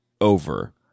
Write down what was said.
over